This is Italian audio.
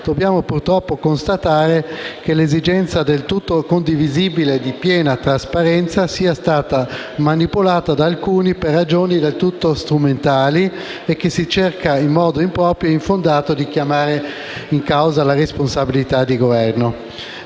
dobbiamo purtroppo constatare come l'esigenza, del tutto condivisibile, di piena trasparenza sia stata manipolata da alcuni per ragioni del tutto strumentali, cercando in modo improprio e infondato di chiamare in causa responsabilità di Governo.